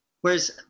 Whereas